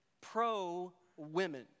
pro-women